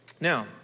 Now